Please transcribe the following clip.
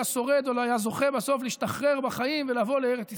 שורד או לא היה זוכה בסוף להשתחרר בחיים ולבוא לארץ ישראל.